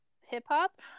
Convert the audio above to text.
Hip-hop